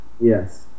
Yes